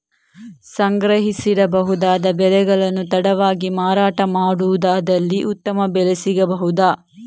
ಸಂಗ್ರಹಿಸಿಡಬಹುದಾದ ಬೆಳೆಗಳನ್ನು ತಡವಾಗಿ ಮಾರಾಟ ಮಾಡುವುದಾದಲ್ಲಿ ಉತ್ತಮ ಬೆಲೆ ಸಿಗಬಹುದಾ?